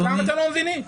למה אתם לא מבינים?